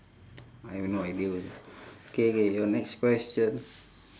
I have no idea K K your next question